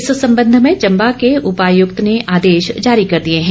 इस संबंध में चेंबा के उपायुक्त ने आदेश जारी कर दिए हैं